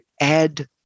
add